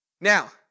Now